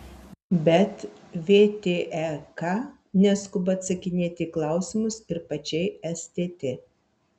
bet vtek neskuba atsakinėti į klausimus ir pačiai stt